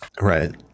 Right